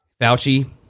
Fauci